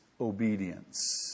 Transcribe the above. obedience